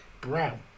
Brown